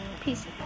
Peace